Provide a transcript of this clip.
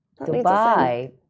Dubai